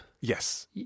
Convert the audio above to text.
Yes